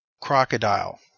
crocodile